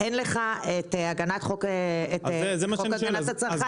אין לך את חוק הגנת הצרכן,